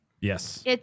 Yes